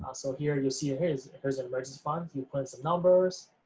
so here, you see, it is. there's an emergency fund, you put some numbers,